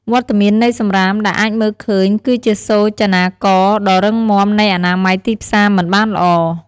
វត្តមាននៃសំរាមដែលអាចមើលឃើញគឺជាសូចនាករដ៏រឹងមាំនៃអនាម័យទីផ្សារមិនបានល្អ។